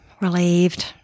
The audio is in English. relieved